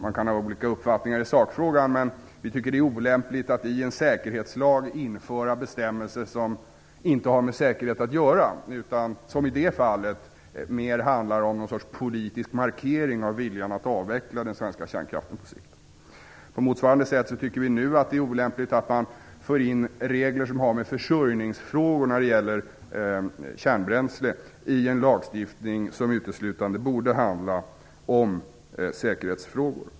Man kan ha olika uppfattningar i sakfrågan, men vi tycker att det är olämpligt att i en säkerhetslag införa bestämmelser som inte har med säkerhet att göra utan snarare är något slags politisk markering av viljan att avveckla den svenska kärnkraften på sikt. På motsvarande sätt tycker vi att det är olämpligt att man nu för in regler som har att göra med försörjningsfrågor när det gäller kärnbränslet i en lagstiftning som uteslutande borde handla om säkerhetsfrågor.